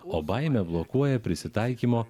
o baimė blokuoja prisitaikymo